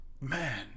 man